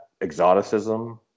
exoticism